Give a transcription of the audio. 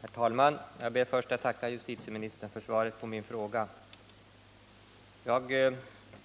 Herr talman! Jag ber först att få tacka justitieministern för svaret på min fråga. Jag